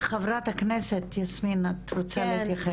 חברת הכנסת יסמין את רוצה להתייחס.